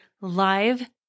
live